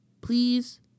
please